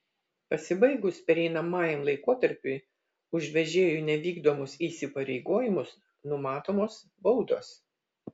pasibaigus pereinamajam laikotarpiui už vežėjų nevykdomus įsipareigojimus numatomos baudos